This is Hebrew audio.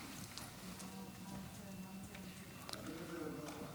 נעביר את זה לוועדה.